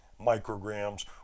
micrograms